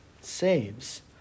saves